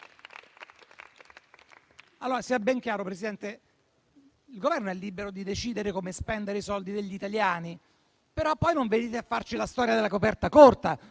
Sia ben chiaro, Presidente, il Governo è libero di decidere come spendere i soldi degli italiani; però poi non venite a raccontarci la storia della coperta corta.